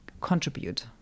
contribute